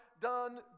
done